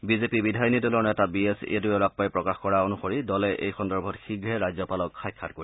BJP বিধায়িনী দলৰ নেতা বি এছ য়েডিয়ুৰাপ্পাই প্ৰকাশ কৰা অনুসৰি দলে এই সন্দৰ্ভত শীঘ্ৰে ৰাজ্যপালক সাক্ষাৎ কৰিব